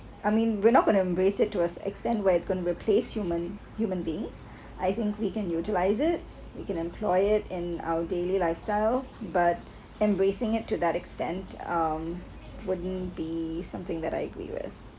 I mean we're not gonna embrace it to an extent where replace human human beings I think we can utilize it you can employ it in our daily lifestyle but embracing it to that extent um would you be something that I agree with